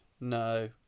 no